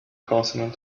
consonant